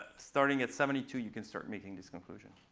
starting at seventy two, you can start making this conclusion.